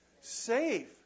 Safe